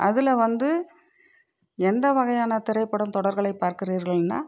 அதில் வந்து எந்தவகையான திரைப்படம் தொடர்களை பார்க்கிறீர்கள்னா